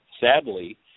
Sadly